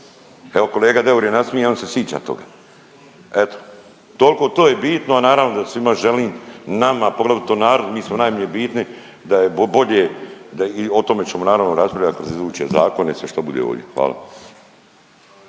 Evo, kolega Deur je nasmijo on se sića toga. Eto, toliko to je bitno. Naravno da svima želim nama, a poglavito narodu, mi smo najmanje bitni da je bolje i o tome ćemo naravno raspravljati kroz iduće zakone i sve što bude ovdje. Hvala.